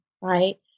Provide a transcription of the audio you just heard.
right